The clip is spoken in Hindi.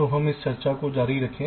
तो हम चर्चा जारी रखें